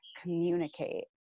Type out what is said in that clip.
communicate